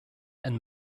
and